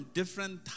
different